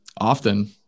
often